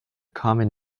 common